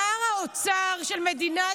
שר האוצר של מדינת,